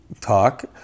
talk